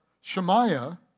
Shemaiah